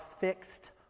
fixed